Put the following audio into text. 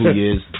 years